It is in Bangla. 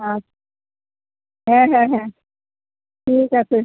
হ্যাঁ হ্যাঁ হ্যাঁ হ্যাঁ ঠিক আছে